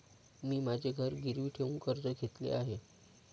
मी माझे घर गिरवी ठेवून कर्ज घेतले आहे